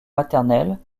maternelle